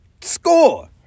score